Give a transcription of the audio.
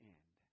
end